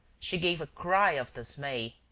she gave a cry of dismay.